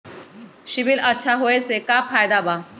CIBIL अच्छा होऐ से का फायदा बा?